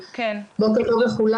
בוקר טוב לכולם.